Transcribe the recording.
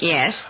Yes